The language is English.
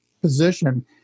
position